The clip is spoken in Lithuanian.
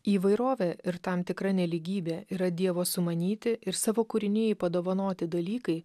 įvairovė ir tam tikra nelygybė yra dievo sumanyti ir savo kūrinijai padovanoti dalykai